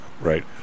right